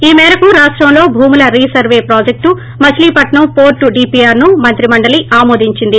ఈమేరకు రాష్షంలో భూముల resurvey project Machilipatnam port DPR ను మంత్రి మండలి ఆమోదించింది